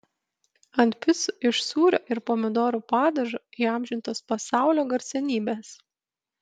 ant picų iš sūrio ir pomidorų padažo įamžintos pasaulio garsenybės